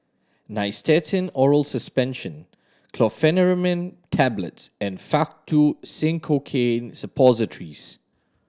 Nystatin Oral Suspension Chlorpheniramine Tablets and Faktu Cinchocaine Suppositories